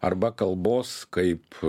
arba kalbos kaip